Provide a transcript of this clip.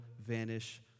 vanish